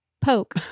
poke